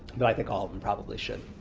though i think all of them probably should.